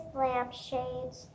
lampshades